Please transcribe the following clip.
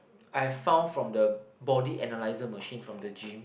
I found from the body analyzer machine from the gym